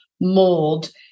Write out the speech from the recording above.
mold